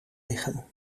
liggen